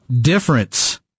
difference